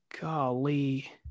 Golly